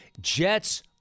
Jets